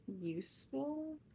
useful